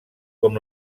com